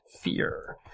fear